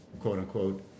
quote-unquote